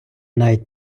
навіть